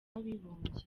w’abibumbye